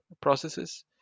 processes